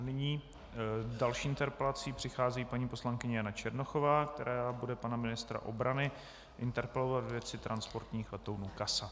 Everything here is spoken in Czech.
Nyní s další interpelací přichází paní poslankyně Jana Černochová, která bude pana ministra obrany interpelovat ve věci transportních automobilů CASA.